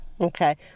Okay